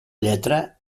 lletra